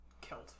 killed